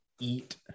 eat